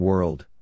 World